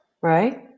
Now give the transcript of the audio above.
right